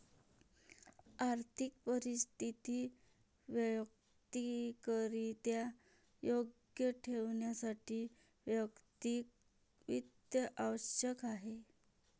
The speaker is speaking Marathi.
आर्थिक परिस्थिती वैयक्तिकरित्या योग्य ठेवण्यासाठी वैयक्तिक वित्त आवश्यक आहे